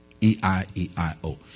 e-i-e-i-o